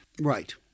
Right